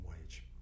wage